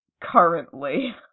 currently